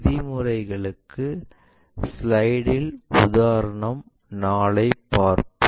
விதிமுறைகளுக்கு ஸ்லைடில் உதாரணம் 4 ஐப் பார்ப்போம்